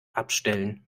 abstellen